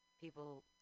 people